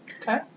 Okay